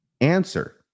answer